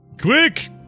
Quick